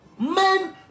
men